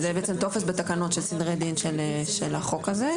זה בעצם טופס בתקנות של סדרי דין של החוק הזה.